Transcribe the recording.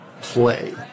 play